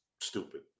stupid